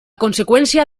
conseqüència